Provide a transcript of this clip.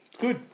Good